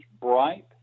bright